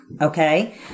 Okay